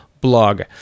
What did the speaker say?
blog